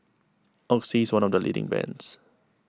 Oxy is one of the leading brands